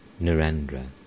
Narendra